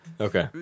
Okay